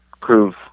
prove